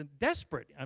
desperate